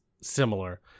similar